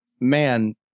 man